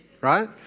right